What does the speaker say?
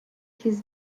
his